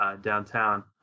downtown